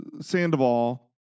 sandoval